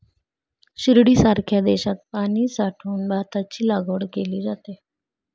शिर्डीसारख्या शेतात पाणी साठवून भाताची लागवड केली जाते